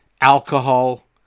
Alcohol